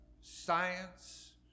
science